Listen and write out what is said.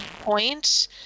point